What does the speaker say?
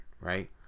right